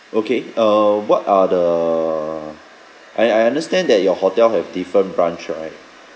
okay uh what are the I I understand that your hotel have different branch right